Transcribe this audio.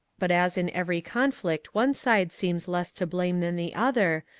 but as in every conflict one side seems less to blame than the other,